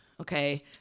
okay